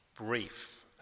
brief